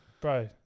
Bro